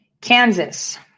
Kansas